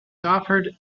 offered